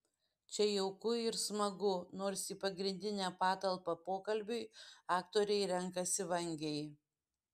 čia jauku ir smagu nors į pagrindinę patalpą pokalbiui aktoriai renkasi vangiai